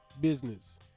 business